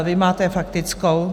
Vy máte faktickou?